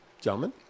Gentlemen